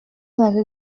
avez